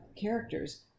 characters